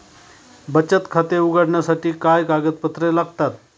बचत खाते उघडण्यासाठी काय कागदपत्रे लागतात?